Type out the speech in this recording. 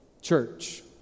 church